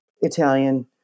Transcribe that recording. Italian